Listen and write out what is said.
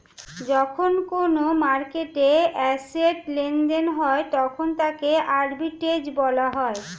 যখন কোনো মার্কেটে অ্যাসেট্ লেনদেন হয় তখন তাকে আর্বিট্রেজ বলা হয়